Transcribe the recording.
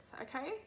okay